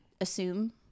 assume